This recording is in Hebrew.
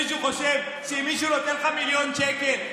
מישהו חושב שאם מישהו לקח כאן מיליון שקל,